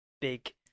big